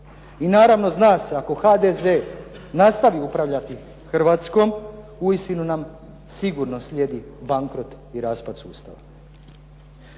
I naravno zna se, ako HDZ nastavi upravljati Hrvatskom, uistinu nam sigurno slijedi bankrot i raspad sustava.